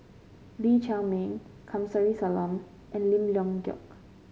Lee Chiaw Meng Kamsari Salam and Lim Leong Geok